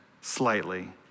slightly